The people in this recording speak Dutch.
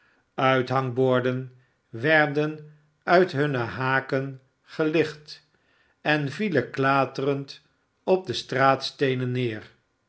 uithangborden werden uit hunne haken gelicht en vielen klaterend op de straatsteenen neer